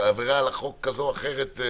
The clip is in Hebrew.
עבירה על החוק כזו או אחרת?